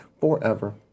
forever